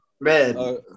Red